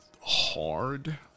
hard